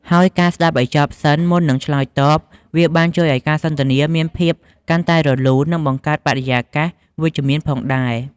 ហើយការស្តាប់ឲ្យចប់សិន មុននឹងឆ្លើយតប វាបានជួយឲ្យការសន្ទនាមានភាពកាន់តែរលូន និងបង្កើតបរិយាកាសវិជ្ជមានផងដែរ។